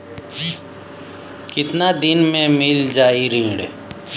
कितना दिन में मील जाई ऋण?